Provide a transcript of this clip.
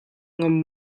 ngam